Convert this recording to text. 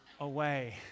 away